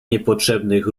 niepotrzebnych